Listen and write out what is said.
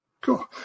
Cool